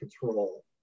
control